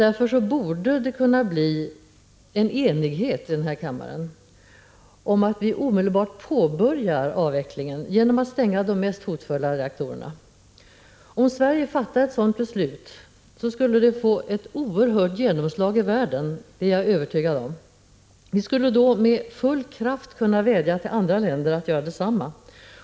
Därför borde det här i kammaren kunna bli enighet om att omedelbart påbörja avvecklingen genom att stänga de mest hotfulla reaktorerna. Om Sverige fattade ett sådant beslut skulle det få ett oerhört genomslag i världen — det är jag övertygad om. Vi skulle då med full kraft kunna vädja till andra länder att göra detsamma.